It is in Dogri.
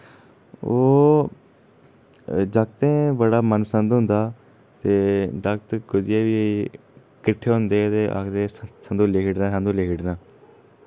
ओह् जागतें ई बड़ा मनपसंद होंदा ते जागत कुतै बी किट्ठे होंदे ते आखदे संतोलीया खेढना संतोलीया खेढना